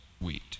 wheat